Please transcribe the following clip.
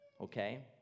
okay